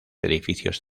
edificios